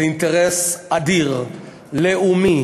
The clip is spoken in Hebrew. זה אינטרס אדיר, לאומי,